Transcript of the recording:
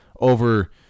over